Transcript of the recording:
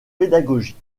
pédagogique